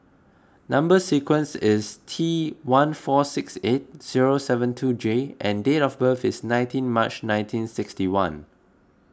Number Sequence is T one four six eight zero seven two J and date of birth is nineteen March nineteen sixty one